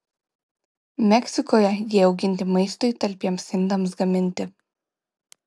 meksikoje jie auginti maistui talpiems indams gaminti